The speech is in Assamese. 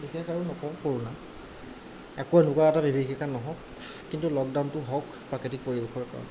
বিশেষ আৰু নকওঁ কৰোণা আকৌ এনেকুৱা এটা বিভীষিকা নহওক কিন্তু লকডাউনটো হওক প্ৰাকৃতিক পৰিৱেশৰ কাৰণে